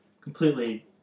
completely